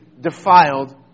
defiled